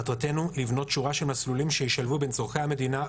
מטרתנו היא לבנות שורה של מסלולים שישלבו בין צרכי המדינה,